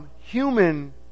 human